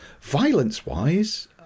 violence-wise